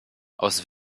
aus